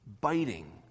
biting